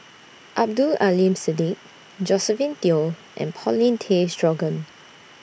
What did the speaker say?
Abdul Aleem Siddique Josephine Teo and Paulin Tay Straughan